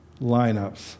lineups